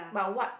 but what